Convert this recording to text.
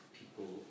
people